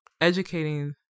educating